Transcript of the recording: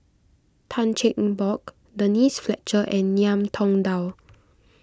Tan Cheng Bock Denise Fletcher and Ngiam Tong Dow